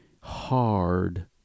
Hard